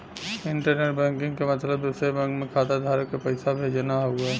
internet banking क मतलब दूसरे बैंक में खाताधारक क पैसा भेजना हउवे